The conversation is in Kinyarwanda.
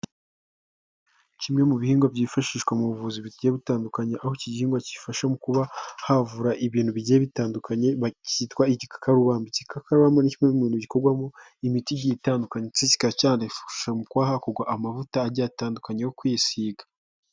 Kimwe mu bihingwa byifashishwa mu buvuzi bugiye butandukanye, aho ikigihingwa gifasha mu kuba havura ibintu bigiye bitandukanye kitwa igikakarubamba. Igikakarubamba ni kimwe mu bintu bikorwagwamo imiti itandukanye, kikaba cyakifashishwa mu gukora amavuta agiye atandukanye yo kwisiga.